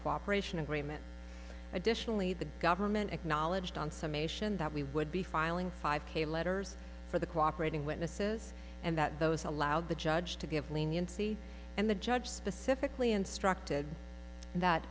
cooperation agreement additionally the government acknowledged on some ation that we would be filing five k letters for the cooperating witnesses and that those allowed the judge to give leniency and the judge specifically instructed that